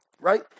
Right